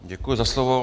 Děkuji za slovo.